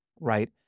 right